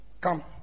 Come